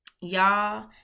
y'all